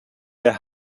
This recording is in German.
der